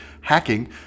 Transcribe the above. hacking